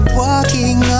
walking